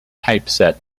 typeset